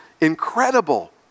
incredible